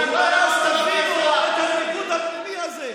אולי אז תבינו ותלמדו את הניגוד הפנימי הזה.